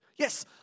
Yes